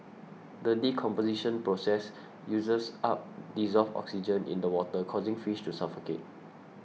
the decomposition process uses up dissolved oxygen in the water causing fish to suffocate